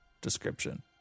description